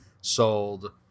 sold